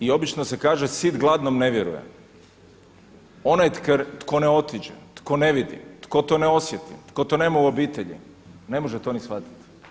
I obično se kaže sit gladnom ne vjeruje, onaj tko ne otiđe, tko ne vidi, tko to ne osjeti, tko to nema u obitelji ne može to ni shvatiti.